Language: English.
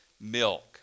milk